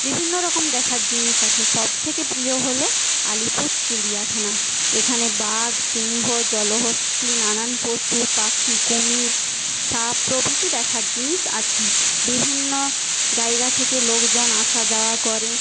বিভিন্নরকম দেখার জিনিস আছে সবথেকে প্রিয় হলো আলিপুর চিড়িয়াখানা এখানে বাঘ সিংহ জলহস্তী নানান পশু পাখি কুমির সাপ প্রভৃতি দেখার জিনিস আছে বিভিন্ন জায়গা থেকে লোকজন আসা যাওয়া করে